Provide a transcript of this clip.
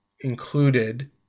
included